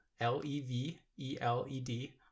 L-E-V-E-L-E-D